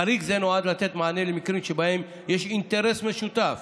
חריג זה נועד לתת מענה למקרים שבהם יש אינטרס משותף